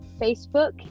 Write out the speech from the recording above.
Facebook